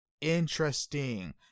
interesting